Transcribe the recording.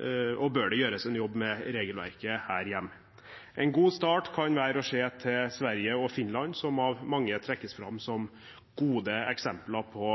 og bør det gjøres en jobb med regelverket her hjemme. En god start kan være å se til Sverige og Finland, som av mange trekkes fram som gode eksempler på